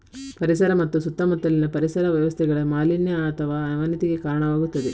ಪರಿಸರ ಮತ್ತು ಸುತ್ತಮುತ್ತಲಿನ ಪರಿಸರ ವ್ಯವಸ್ಥೆಗಳ ಮಾಲಿನ್ಯ ಅಥವಾ ಅವನತಿಗೆ ಕಾರಣವಾಗುತ್ತದೆ